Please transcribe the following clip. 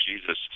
Jesus